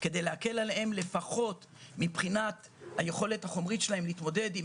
כדי להקל עליהם מבחינת היכולת החומרים להתמודד,